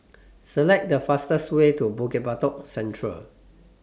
Select The fastest Way to Bukit Batok Central